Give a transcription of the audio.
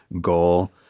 goal